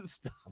Stop